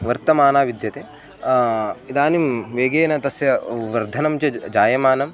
वर्तमाना विद्यते इदानीं वेगेन तस्य वर्धनं च जायमानं